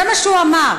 זה מה שהוא אמר.